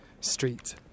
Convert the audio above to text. street